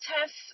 tests